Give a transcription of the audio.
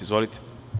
Izvolite.